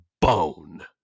bone